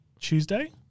Tuesday